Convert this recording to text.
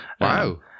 Wow